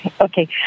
okay